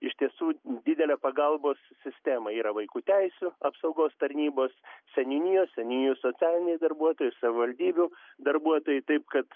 iš tiesų didelė pagalbos sistema yra vaikų teisių apsaugos tarnybos seniūnijos seniūnijų socialiniai darbuotojai savivaldybių darbuotojai taip kad